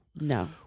No